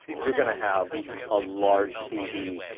you're gonna have a large tv,